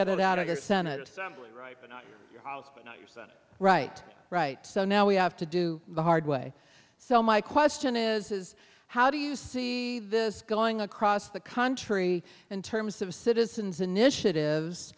get it out of the senate right right right so now we have to do the hard way so my question is how do you see this going across the country in terms of citizens initiatives